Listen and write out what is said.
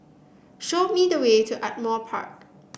show me the way to Ardmore Park